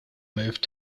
moved